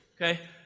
okay